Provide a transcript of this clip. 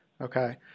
okay